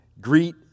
Greet